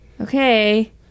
okay